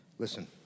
Listen